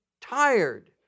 tired